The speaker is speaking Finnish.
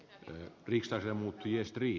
värderade talman